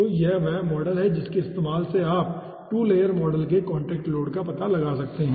तो यह वह मॉडल है जिसके इस्तेमाल से आप 2 लेयर मॉडल के कॉन्टैक्ट लोड का पता लगा सकते हैं